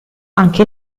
anche